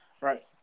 Right